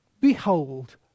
Behold